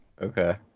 Okay